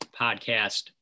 podcast